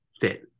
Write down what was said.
fit